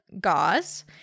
gauze